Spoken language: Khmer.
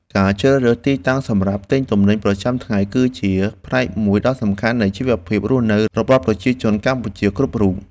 ការជ្រើសរើសទីកន្លែងសម្រាប់ទិញទំនិញប្រចាំថ្ងៃគឺជាផ្នែកមួយដ៏សំខាន់នៃជីវភាពរស់នៅរបស់ប្រជាជនកម្ពុជាគ្រប់រូប។